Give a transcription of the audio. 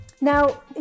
now